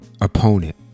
opponent